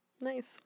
Nice